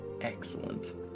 excellent